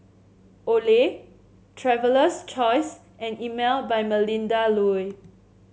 Olay Traveler's Choice and Emel by Melinda Looi